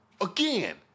Again